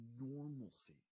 normalcy